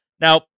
Now